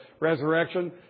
resurrection